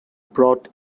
brought